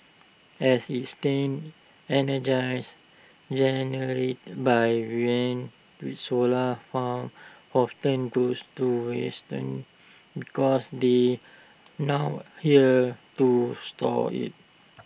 as its stands energize generated by wind solar farms often goes to wasting because they nowhere to store IT